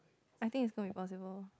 I think is so impossible